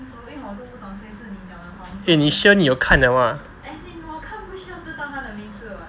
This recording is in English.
eh 你 sure 你有看的 mah